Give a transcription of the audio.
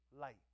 light